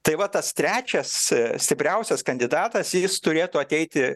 tai va tas trečias stipriausias kandidatas jis turėtų ateiti